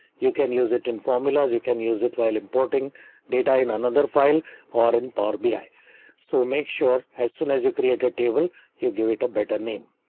you can use it in formulas. you can use it while importing data in another file or in powerbi, so make sure as soon as you create your table you give it a better name.